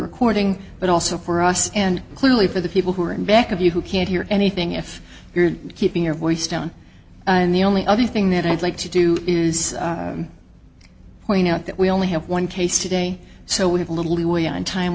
recording but also for us and clearly for the people who are in back of you who can't hear anything if you're keeping your voice down and the only other thing that i'd like to do is point out that we only have one case today so we have a little leeway and time